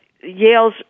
Yale's